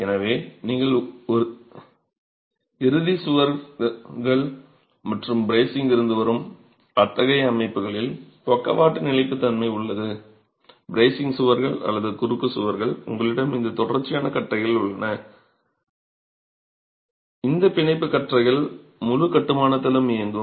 எனவே நீங்கள் இறுதி சுவர்கள் மற்றும் பிரேசிங் இருந்து வரும் அத்தகைய அமைப்புகளில் பக்கவாட்டு நிலைப்புத்தன்மை உள்ளது பிரேசிங் சுவர்கள் அல்லது குறுக்கு சுவர்கள் உங்களிடம் இந்த தொடர்ச்சியான கற்றைகள் உள்ளன இந்த பிணைப்பு கற்றைகள் முழு கட்டுமானத்திலும் இயங்கும்